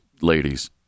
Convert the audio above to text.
ladies